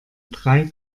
drei